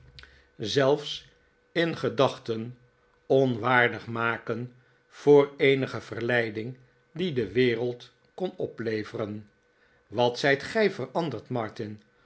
zelfs in gedachten onwaardig maken voor eenige verleiding die de wereld kon opleveren wat zijt gij veranderd martin